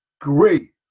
great